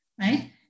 right